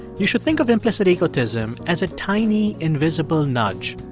you should think of implicit egotism as a tiny, invisible nudge.